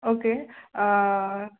okay